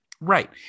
Right